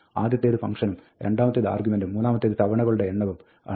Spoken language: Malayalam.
ആദ്യത്തേത് ഫംഗ്ഷനും രണ്ടാമത്തേത് ആർഗ്യുമെന്റും മൂന്നാമത്തേത് തവണകളുടെ എണ്ണവും ആവർത്തനങ്ങൾ ആണ്